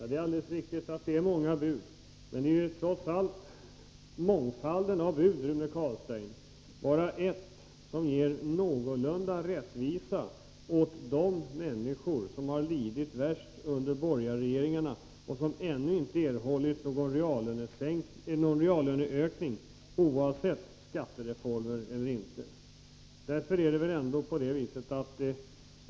Det är alldeles riktigt att det finns många bud, men det är trots allt, Rune Carlstein, bara ett bud som ger någorlunda rättvisa åt de människor som har lidit värst under den borgerliga regeringstiden och som ännu inte fått någon reallöneökning vare sig med eller utan skattereformen.